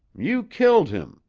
you killed him.